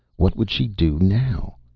what would she do now?